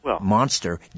monster